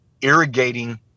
irrigating